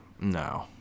No